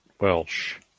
Welsh